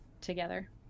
together